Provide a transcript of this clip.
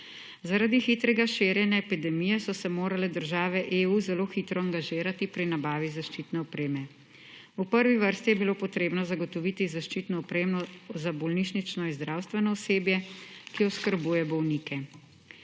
Zaradi hitrega širjenja epidemije, so se morale države EU zelo hitro angažirati pri nabavi zaščitne opreme. V prvi vrsti je bilo treba zagotoviti zaščitno opremo za bolnišnično in zdravstveno osebje, ki oskrbuje bolnike.